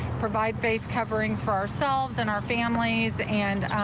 provide face coverings for ourselves and our families and